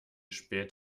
spät